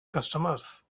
customers